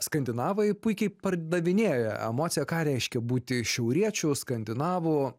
skandinavai puikiai pardavinėja emociją ką reiškia būti šiauriečiu skandinavu